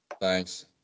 thanks